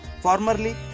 formerly